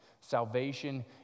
Salvation